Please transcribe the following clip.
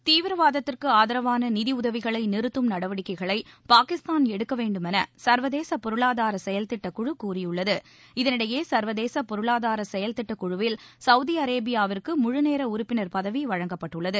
தீவிரவாதத்திற்கு ஆதரவான நிதியுதவிகளை நிறுத்தும் நடவடிக்கைகளை பாகிஸ்தான் எடுக்க வேண்டுமௌ சா்வதேச பொருளாதார செயல்திட்டக் குழு கூறியுள்ளது இதனிடையே சா்வதேச பொருளாதார செயல் திட்டக்குழவில் சவுதி அரேபியாவிற்கு முழுநேர உறுப்பினர் பதவி வழங்கப்பட்டுள்ளது